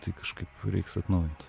tai kažkaip reiks atnaujint